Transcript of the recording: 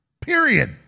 Period